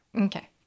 Okay